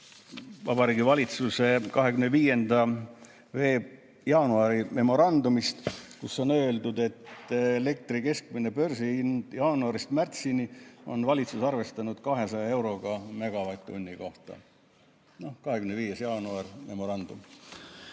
Vabariigi Valitsuse 25. jaanuari memorandum, kus on öeldud, et elektri keskmise börsihinna [suhtes] jaanuarist märtsini on valitsus arvestanud 200 euroga megavatt-tunni kohta. 25. jaanuar, memorandum.